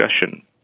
discussion